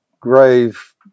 grave